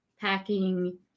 packing